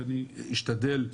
ואני אשתדל,